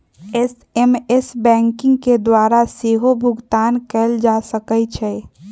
SMS banking के द्वारा सेहो भुगतान कएल जा सकै छै